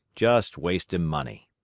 just wastin' money.